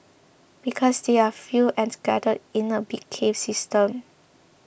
because they are few and scattered in a big cave system